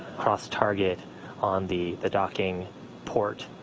cross target on the the docking port.